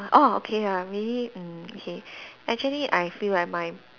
orh okay ya maybe mm okay actually I feel like my